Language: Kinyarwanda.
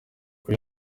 kuri